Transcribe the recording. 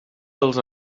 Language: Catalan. dels